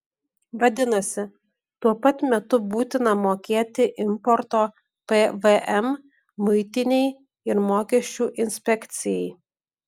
vadinasi tuo pat metu būtina mokėti importo pvm muitinei ir mokesčių inspekcijai